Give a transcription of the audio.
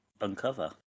uncover